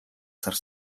сар